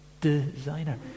Designer